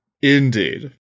Indeed